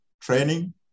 training